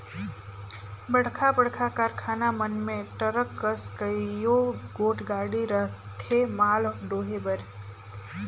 बड़खा बड़खा कारखाना मन में टरक कस कइयो गोट गाड़ी रहथें माल डोहे बर